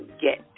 get